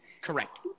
Correct